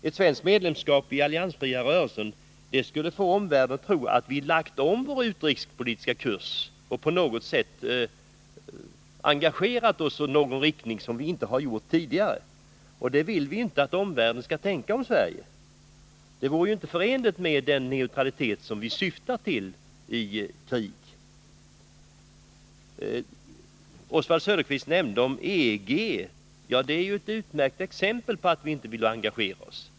Ett svenskt medlemskap i den alliansfria rörelsen skulle få omvärlden att tro att vi hade lagt om vår utrikespolitiska kurs och engagerat oss i en ny riktning. Det vill vi inte att omvärlden skall tänka om Sverige. Det vore inte förenligt med den neutralitet i krig som vi syftar till. Oswald Söderqvist nämnde EG. Det är ett utmärkt exempel på att vi inte vill engagera oss.